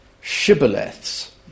shibboleths